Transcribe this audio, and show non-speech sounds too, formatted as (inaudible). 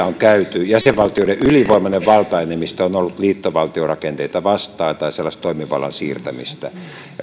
(unintelligible) on käyty jäsenvaltioiden ylivoimainen valtaenemmistö on ollut liittovaltiorakenteita vastaan tai sellaista toimivallan siirtämistä vastaan